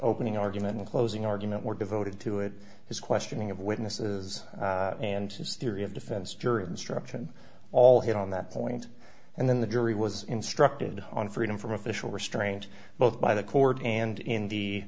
opening argument and closing argument were devoted to it his questioning of witnesses and his theory of defense jury instruction all hit on that point and then the jury was instructed on freedom from official restraint both by the court and in the